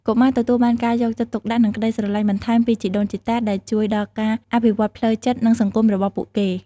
កុមារទទួលបានការយកចិត្តទុកដាក់ និងក្តីស្រឡាញ់បន្ថែមពីជីដូនជីតា ដែលជួយដល់ការអភិវឌ្ឍផ្លូវចិត្ត និងសង្គមរបស់ពួកគេ។